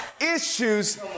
issues